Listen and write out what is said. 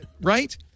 Right